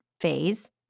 phase